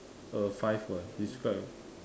uh five was describe